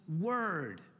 Word